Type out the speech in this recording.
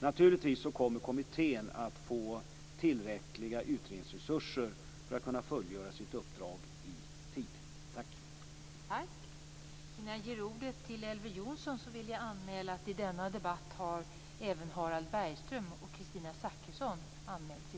Naturligtvis kommer kommittén att få tillräckliga utredningsresurser för att kunna fullgöra sitt uppdrag i tid.